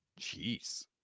Jeez